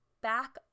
back